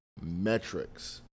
metrics